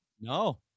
no